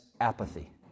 apathy